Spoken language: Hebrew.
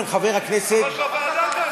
אז ההערה הראשונה נוגעת